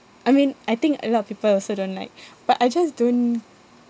I mean I think a lot of people also don't like but I just don't